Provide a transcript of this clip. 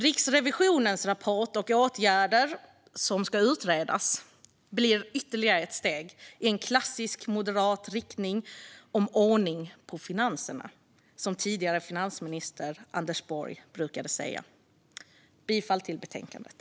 Riksrevisionens rapport och åtgärder, som ska utredas, blir ytterligare ett steg i en klassisk moderat riktning om ordning på finanserna, som tidigare finansminister Anders Borg brukade säga. Jag yrkar bifall till förslaget i betänkandet.